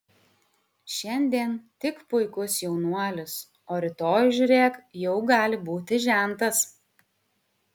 šiandien tik puikus jaunuolis o rytoj žiūrėk jau gali būti žentas